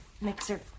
mixer